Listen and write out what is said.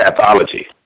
pathology